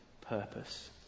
purpose